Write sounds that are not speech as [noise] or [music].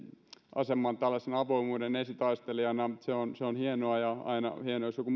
aseman tällaisena avoimuuden esitaistelijana se on se on hienoa ja aina on hienoa jos joku [unintelligible]